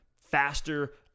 faster